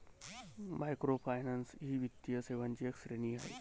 microfinance ही वित्तीय सेवांची एक श्रेणी आहे